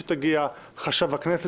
את חשב הכנסת,